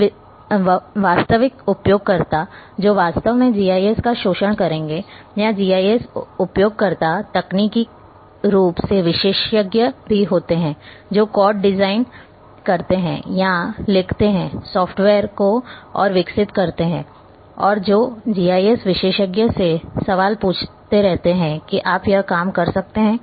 और वास्तविक उपयोगकर्ता जो वास्तव में जीआईएस का शोषण करेंगे और जीआईएस उपयोगकर्ता तकनीकी रूप से विशेषज्ञ भी होते हैं जो कोड डिजाइन करते हैं या लिखते हैं सॉफ्टवेयर को और विकसित करते हैं और जो जीआईएस विशेषज्ञ से सवाल पूछते रहते हैं कि आप यह काम कर सकते हैं